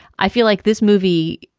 i feel like this movie,